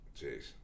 Jeez